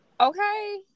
Okay